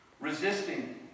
resisting